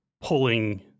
pulling